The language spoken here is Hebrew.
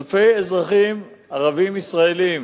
אלפי אזרחים ערבים ישראלים